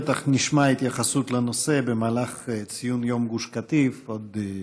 בטח נשמע התייחסות לנושא במהלך ציון יום גוש קטיף בעוד